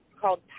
called